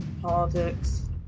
Politics